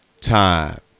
time